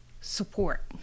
support